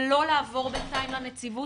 ולא לעבור בינתיים לנציבות,